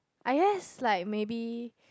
I guess like maybe